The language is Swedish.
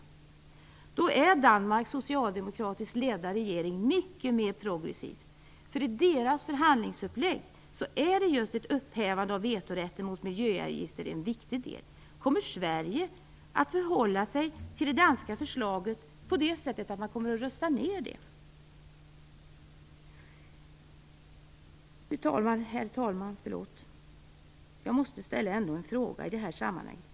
Då är Danmarks socialdemokratiskt ledda regering mycket mer progressiv. I regeringens förhandlingsuppläggning är nämligen just ett upphävande av vetorätten mot miljöavgifter en viktig del. Kommer Sverige att förhålla sig till det danska förslaget på ett sådant sätt att man kommer att rösta ned det? Herr talman! Jag måste ställa ännu en fråga i detta sammanhang.